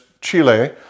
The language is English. Chile